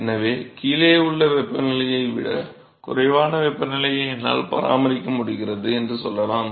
எனவே கீழே உள்ள வெப்பநிலையை விட குறைவான வெப்பநிலையை என்னால் பராமரிக்க முடிகிறது என்று சொல்லலாம்